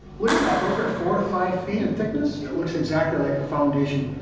look at that. those are four to five feet in thickness. it looks exactly like a foundation.